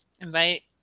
Invite